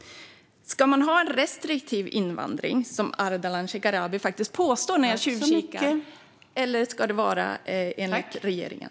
Ska man ha en restriktiv invandring, som Ardalan Shekarabi faktiskt påstår när jag tjuvkikar, eller ska det vara enligt regeringen?